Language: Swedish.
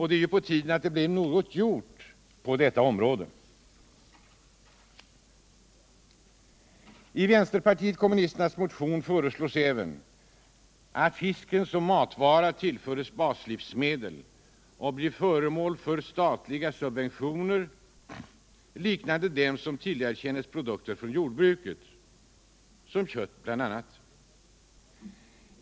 Det är på tiden att det blir något gjort på detta område. subventioner liknande dem som tillerkänns produkter från jordbruket. bl.a. kött.